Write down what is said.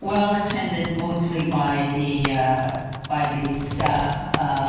well attended mostly by the by the staff